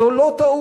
זו לא טעות.